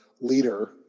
leader